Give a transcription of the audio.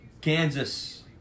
Kansas